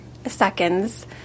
seconds